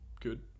Good